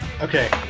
okay